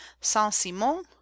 Saint-Simon